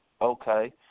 Okay